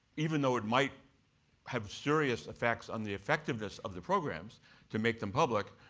even though it might have serious effects on the effectiveness of the programs to make them public,